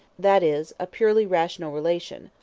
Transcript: that is, a purely rational relation,